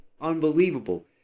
Unbelievable